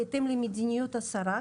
בהתאם למדיניות השרה,